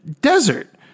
desert